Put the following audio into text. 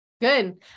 Good